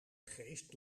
geest